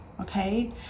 okay